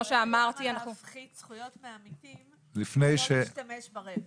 הוא שואל למה להפחית זכויות מעמיתים ולא להשתמש ברווח?